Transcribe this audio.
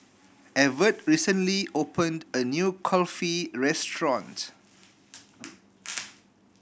Evertt recently opened a new Kulfi restaurant